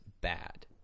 bad